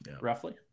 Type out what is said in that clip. roughly